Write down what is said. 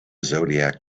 zodiac